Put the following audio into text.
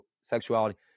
sexuality